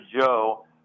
Joe